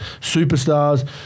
superstars